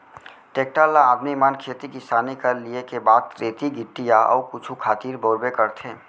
tractor ल आदमी मन खेती किसानी कर लिये के बाद रेती गिट्टी या अउ कुछु खातिर बउरबे करथे